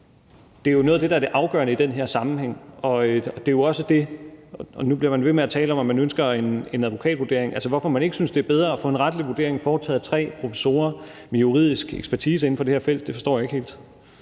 Det er noget af det, der er det afgørende i den her sammenhæng. Nu bliver man ved med at tale om, at man ønsker en advokatvurdering. Altså, hvorfor man ikke synes, at det er bedre at få en retlig vurdering foretaget af tre professorer med juridisk ekspertise inden for det her felt, forstår jeg ikke helt.